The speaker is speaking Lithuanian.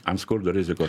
ant skurdo rizikos